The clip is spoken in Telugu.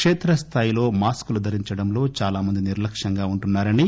కేత్రస్థాయిలో మాస్క్లు ధరించడంలో చాలా మంది నిర్లక్యంగా ఉంటున్నారని